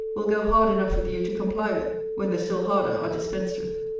will go hard enough with you to comply with when the still harder are dispensed with.